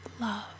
love